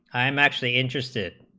i'm actually interested